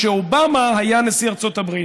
כשאובמה היה נשיא ארצות הברית,